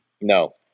No